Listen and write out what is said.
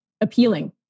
appealing